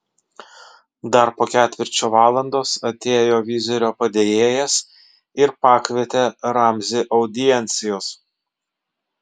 dar po ketvirčio valandos atėjo vizirio padėjėjas ir pakvietė ramzį audiencijos